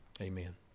Amen